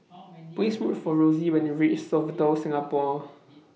Please Look For Rosy when YOU REACH Sofitel Singapore